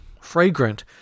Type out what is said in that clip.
fragrant